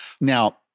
Now